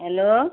hello